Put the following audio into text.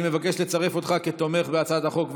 אני מבקש לצרף אותך כתומך בהצעת החוק,